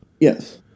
Yes